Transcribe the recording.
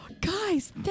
Guys